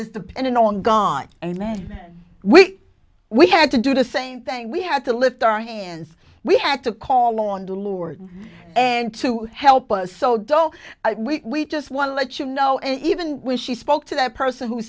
is dependent on gone and we we had to do the same thing we had to lift our hands we had to call on the lord and to help us so don't we just want to let you know and even when she spoke to that person who